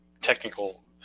technical